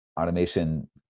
automation